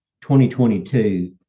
2022